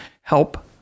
help